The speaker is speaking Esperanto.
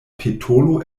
petolo